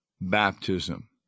baptism